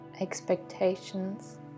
expectations